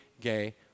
gay